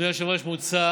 אדוני היושב-ראש, מוצע